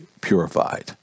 purified